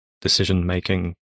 decision-making